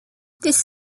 this